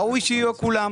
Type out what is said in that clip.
ראוי שיהיו כולם,